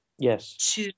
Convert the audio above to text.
Yes